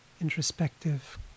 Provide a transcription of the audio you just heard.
introspective